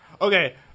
Okay